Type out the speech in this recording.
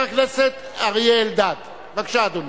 חבר הכנסת אריה אלדד, בבקשה, אדוני.